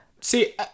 See